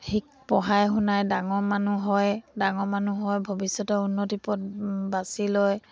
পঢ়াই শুনাই ডাঙৰ মানুহ হয় ডাঙৰ মানুহ হয় ভৱিষ্যতৰ উন্নতি পদ বাছি লয়